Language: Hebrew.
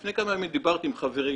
לפני כמה ימים דיברתי עם חברי,